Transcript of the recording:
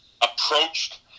approached